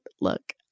look